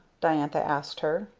diantha asked her.